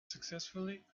successfully